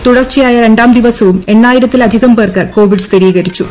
കേരളത്തിൽ തുടർച്ച്യായ രണ്ടാം ദിവസവും ന് എണ്ണായിരത്തിലധീകം പേർക്ക് കോവിഡ് സ്ഥിരീകരിച്ചു